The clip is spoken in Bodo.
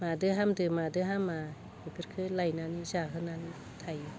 मादों हामदों मादों हामा एफोरखौ लायनानै जाहोनानै थायो